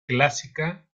clásica